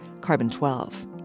carbon-12